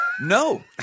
No